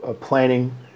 planning